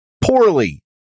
poorly